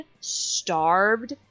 starved